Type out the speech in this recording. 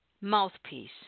Mouthpiece